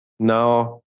Now